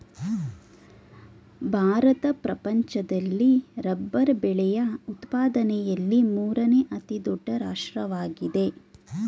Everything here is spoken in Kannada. ಭಾರತ ಪ್ರಪಂಚದಲ್ಲಿ ರಬ್ಬರ್ ಬೆಳೆಯ ಉತ್ಪಾದನೆಯಲ್ಲಿ ಮೂರನೇ ಅತಿ ದೊಡ್ಡ ರಾಷ್ಟ್ರವಾಗಿದೆ